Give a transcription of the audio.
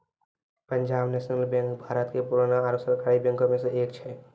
Punjab national bank Bharat के पुराना आरु सरकारी बैंको मे से एक छै